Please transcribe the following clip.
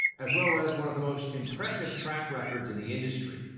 as well as one of the most impressive track records in the industry.